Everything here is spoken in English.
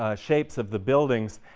ah shapes of the buildings